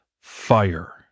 Fire